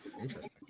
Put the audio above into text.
Interesting